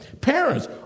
Parents